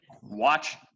Watch